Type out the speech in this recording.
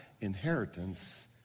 inheritance